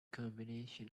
combination